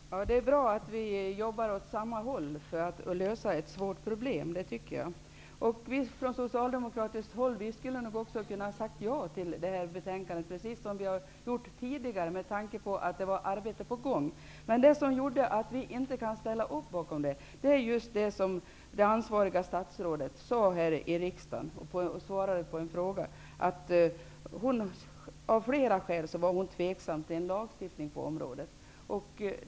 Herr talman! Det är bra att vi jobbar åt samma håll för att lösa ett svårt problem. Vi skulle från socialdemokratiskt håll ha kunnat ställa oss bakom utskottets hemställan, precis som vi gjort tidigare, med tankte på att ett arbete är på gång. Att vi reserverat oss beror på det som det ansvariga statsrådet sade i ett frågesvar i riksdagen, nämligen att hon av flera skäl var tveksam till en lagstiftning på detta område.